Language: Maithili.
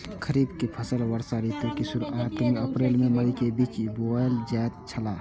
खरीफ के फसल वर्षा ऋतु के शुरुआत में अप्रैल से मई के बीच बौअल जायत छला